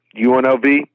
UNLV